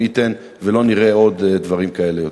מי ייתן ולא נראה עוד דברים כאלה יותר.